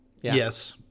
Yes